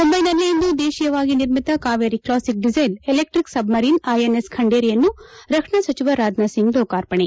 ಮುಂಬೈನಲ್ಲಿ ಇಂದು ದೇಶಿಯವಾಗಿ ನಿರ್ಮಿತ Kaveri classic diesel electric submarine INS ಖಂಡೇರಿಯನ್ನು ರಕ್ಷಣಾ ಸಚಿವ ರಾಜನಾಥ್ ಸಿಂಗ್ ಲೋಕಾರ್ಪಣೆ